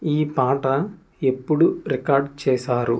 ఈ పాట ఎప్పుడు రికార్డ్ చేసారు